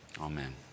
Amen